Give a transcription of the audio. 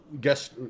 guest